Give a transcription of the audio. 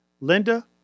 Linda